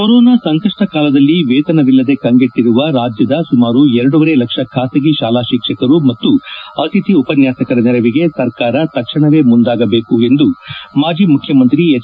corona ಸಂಕಷ್ಟ ಕಾಲದಲ್ಲಿ ವೇತನವಿಲ್ಲದೆ ಕಂಗೆಟ್ಟಿರುವ ರಾಜ್ಯದ ಸುಮಾರು ಎರಡೂವರೆ ಲಕ್ಷ ಖಾಸಗಿ ಶಾಲಾ ಶಿಕ್ಷಕರು ಮತ್ತು ಅತಿಥಿ ಉಪನ್ಯಾಸಕರ ನೆರವಿಗೆ ಸರ್ಕಾರ ತಕ್ಷಣವೇ ಮುಂದಾಗಬೇಕು ಎಂದು ಮಾಜಿ ಮುಖ್ಯಮಂತ್ರಿ ಎಚ್